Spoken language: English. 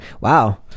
Wow